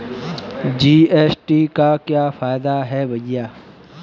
GST का क्या फायदा है भैया?